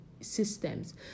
systems